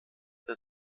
der